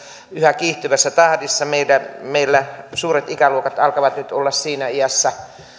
yhä kiihtyvässä tahdissa meillä suuret ikäluokat alkavat nyt olla siinä iässä